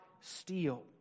steal